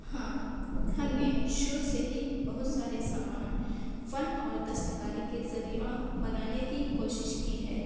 ہاں ہم نے شروع سے ہی بہت سارے سامان فن اور دستکاری کے ذریعہ بنانے کی کوشش کی ہے